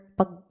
pag